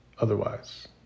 otherwise